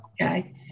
Okay